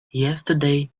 yesterday